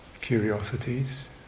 curiosities